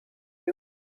you